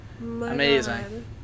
Amazing